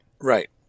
Right